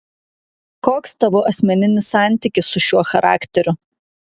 koks tavo asmeninis santykis su šiuo charakteriu